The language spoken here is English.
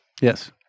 Yes